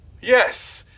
yes